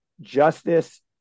justice